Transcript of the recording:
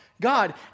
God